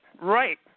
right